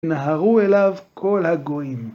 נהרו אליו כל הגויים.